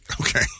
Okay